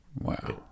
wow